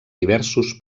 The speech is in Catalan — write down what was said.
diversos